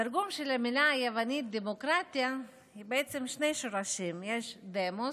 התרגום של המילה היוונית "דמוקרטיה" הוא בעצם משני שורשים: דמוס,